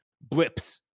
Blips